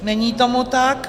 Není tomu tak.